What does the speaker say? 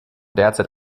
derzeit